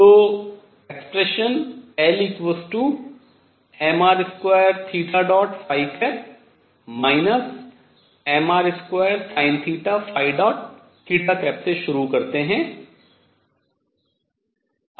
तो व्यंजक L mr2 mr2sinθ से शुरू करते हुए